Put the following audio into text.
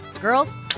Girls